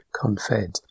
CONFED